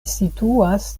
situas